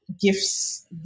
gifts